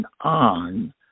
on